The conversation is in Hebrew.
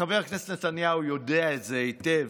חבר הכנסת נתניהו יודע את זה היטב,